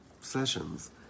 sessions